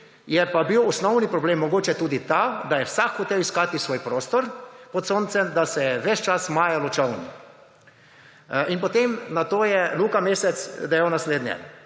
tudi: »Osnovni problem je bil mogoče tudi ta, da je vsak hotel iskati svoj prostor pod soncem, da se je ves čas majalo čoln.« In potem na to je Luka Mesec dejal naslednje,